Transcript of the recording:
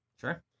Sure